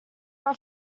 are